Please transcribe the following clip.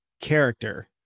character